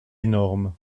énorme